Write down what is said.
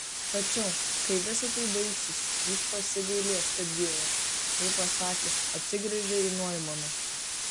tačiau kai visa tai baigsis jis pasigailės kad gimė tai pasakęs atsigręžė į noimaną